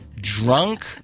Drunk